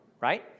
right